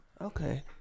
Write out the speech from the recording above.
Okay